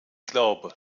glaube